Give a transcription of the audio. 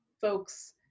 folks